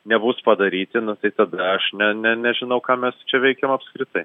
nebus padaryti nu tai ta aš ne ne nežinau ką mes čia veikiam apskritai